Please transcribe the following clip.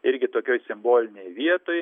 irgi tokioj simbolinėj vietoj